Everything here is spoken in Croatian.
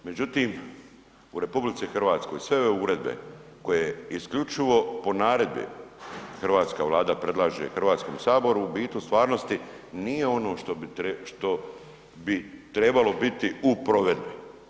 Međutim, u RH sve ove uredbe koje isključivo po naredbi Hrvatska vlada predlaže Hrvatskom saboru u biti u stvarnosti nije ono što bi trebalo biti u provedbi.